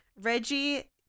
Reggie